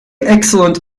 excellent